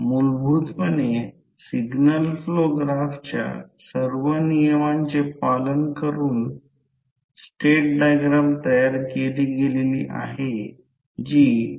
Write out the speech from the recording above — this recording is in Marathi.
तर आपण M21 i1 शोधण्याचा प्रयत्न करीत आहोत ते लहान i1 असेल ते प्रत्यक्षात 1 अँपिअर आहे